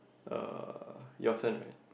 uh your turn right